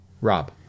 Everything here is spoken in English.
Rob